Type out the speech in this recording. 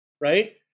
right